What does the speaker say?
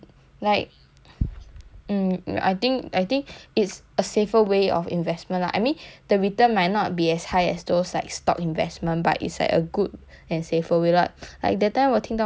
mm I think I think it's a safer way of investment lah I mean the return might not be as high as those like stock investment but it's like a good and safer without like that time 我听到 mummy 讲 right at least 有 now